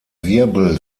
wirbel